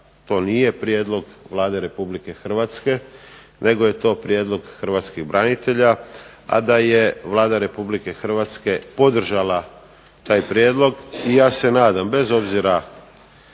to nije prijedlog Vlade Republike Hrvatske, nego je to prijedlog hrvatskih branitelja, a da je Vlada Republike Hrvatske podržala taj prijedlog i ja se nadam, bez obzira